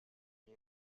bir